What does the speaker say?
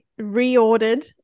reordered